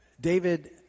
David